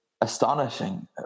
astonishing